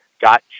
got